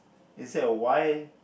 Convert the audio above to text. instead of Y